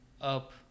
up